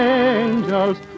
angels